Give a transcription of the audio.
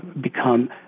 become